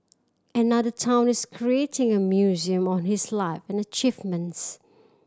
another town is creating a museum on his life and achievements